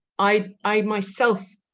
i i myself